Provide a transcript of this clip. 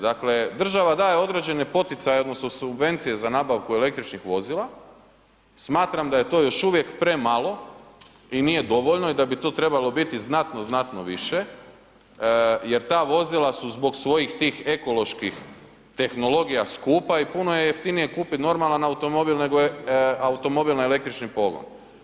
Dakle država daje određene poticaje odnosno subvencije za nabavku električnih vozila, smatram da je to još uvijek premalo i nije dovoljno i da bi to trebalo biti znatno, znatno više jer ta vozila su zbog tih svojih ekoloških tehnologija skupa i puno je jeftinije kupiti normalan automobil nego automobil na električni pogon.